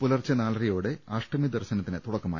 പുലർച്ചെ നാലരയോടെ അഷ്ടമി ദർശനത്തിന് തുടക്കമായി